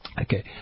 Okay